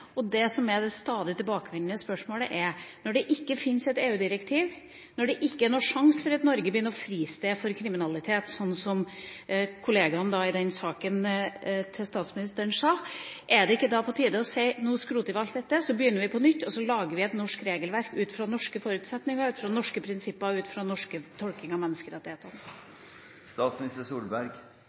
og det som er det stadig tilbakevendende spørsmålet, er: Når det ikke fins et EU-direktiv, når det ikke er sjanse for at Norge blir noe fristed for kriminalitet, slik som kollegaen til statsministeren sa i den saken, er det ikke da på tide å si at nå skroter vi alt dette, så begynner vi på nytt, og så lager vi et norsk regelverk ut fra norske forutsetninger, ut fra norske prinsipper og ut fra norske tolkninger av menneskerettighetene?